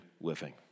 living